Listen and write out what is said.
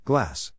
Glass